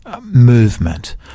movement